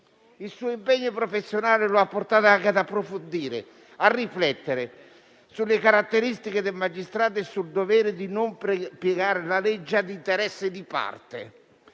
Il suo impegno professionale lo ha portato anche a riflettere e approfondire le caratteristiche del magistrato e il dovere di non piegare la legge all'interesse di parte.